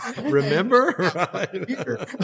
Remember